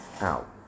out